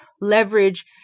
leverage